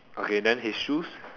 okay then his shoes